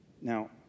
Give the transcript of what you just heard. Now